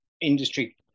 industry